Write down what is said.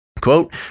Quote